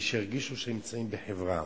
ושירגישו שהם נמצאים בחברה.